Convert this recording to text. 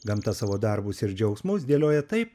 gamta savo darbus ir džiaugsmus dėlioja taip